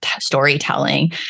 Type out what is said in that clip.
storytelling